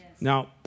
Now